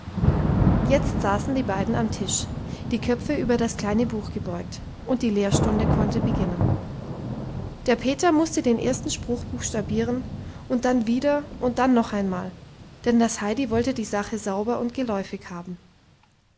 jetzt saßen die beiden am tisch die köpfe über das kleine buch gebeugt und die lehrstunde konnte beginnen der peter mußte den ersten spruch buchstabieren und dann wieder und dann noch einmal denn das heidi wollte die sache sauber und geläufig haben